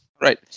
right